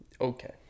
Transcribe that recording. Okay